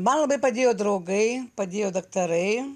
man labai padėjo draugai padėjo daktarai